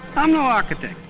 i'm no architect,